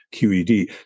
QED